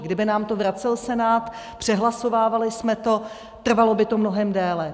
Kdyby nám to vracel Senát, přehlasovávali jsme to, trvalo by to mnohem déle.